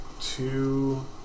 two